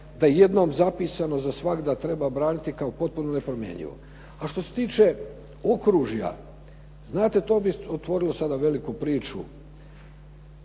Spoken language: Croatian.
da jednom zapisano za svagda treba braniti kao potpuno nepromjenjivo. A što se tiče okružja, znate to bi otvorilo sada veliku priču.